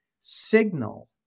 signal